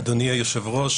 אדוני היושב-ראש,